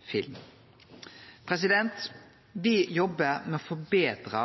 film. Me jobbar med å forbetre